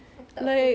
aku tak pernah den~